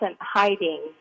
hiding